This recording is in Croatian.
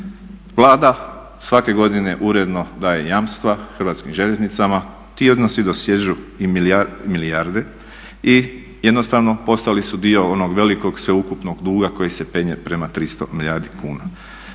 Vlada svake godine uredno daje jamstva Hrvatskim željeznicama, ti odnosi dosežu i milijarde i jednostavno postali su dio onog velikog sveukupnog duga koji se penje prema 300 milijardi kuna.